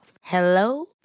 Hello